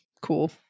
Cool